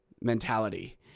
Mentality